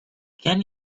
can